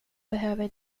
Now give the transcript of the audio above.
behöver